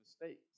mistakes